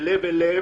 מלב אל לב,